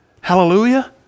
Hallelujah